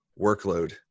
workload